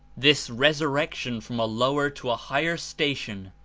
this resurrection from a lower to a higher station,